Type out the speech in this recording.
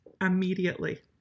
immediately